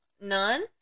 None